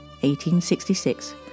1866